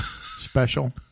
Special